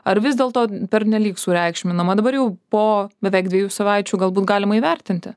ar vis dėlto pernelyg sureikšminama dabar jau po beveik dviejų savaičių galbūt galima įvertinti